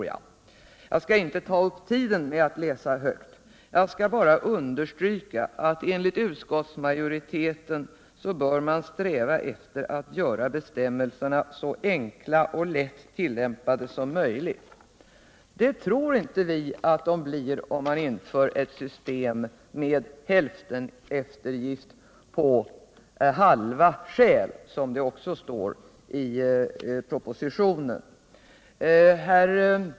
Jag skall inte ta upp tiden med att läsa något. Jag skall bara understryka att man enligt utskottsmajoriteten för skattetillägg 160 bör sträva efter att göra bestämmelserna så enkla och lättillämpade som möjligt. Det tror inte vi att de blir om man imför ett system med hälfteneftergift på halva skäl, som det heter i propositionen.